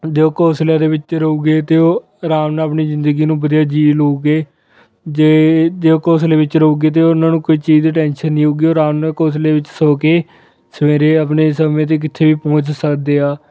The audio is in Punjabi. ਜੇ ਉਹ ਘੋਂਸਲਿਆਂ ਦੇ ਵਿੱਚ ਰਹੂਗੇ ਤਾਂ ਉਹ ਆਰਾਮ ਨਾਲ ਆਪਣੀ ਜ਼ਿੰਦਗੀ ਨੂੰ ਵਧੀਆ ਜੀ ਲੂਗੇ ਜੇ ਜੇ ਉਹ ਘੋਂਸਲੇ ਵਿੱਚ ਰਹੂਗੇ ਤਾਂ ਉਹਨਾਂ ਨੂੰ ਕੋਈ ਚੀਜ਼ ਦੀ ਟੈਂਸ਼ਨ ਨਹੀਂ ਹੋਊਗੀ ਉਹ ਆਰਾਮ ਨਾਲ ਘੋਂਸਲੇ ਵਿੱਚ ਸੌ ਕੇ ਸਵੇਰੇ ਆਪਣੇ ਸਮੇਂ 'ਤੇ ਕਿੱਥੇ ਵੀ ਪਹੁੰਚ ਸਕਦੇ ਆ